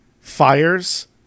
fires